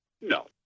No